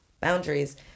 Boundaries